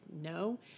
no